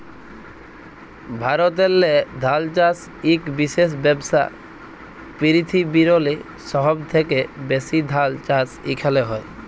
ভারতেল্লে ধাল চাষ ইক বিশেষ ব্যবসা, পিরথিবিরলে সহব থ্যাকে ব্যাশি ধাল চাষ ইখালে হয়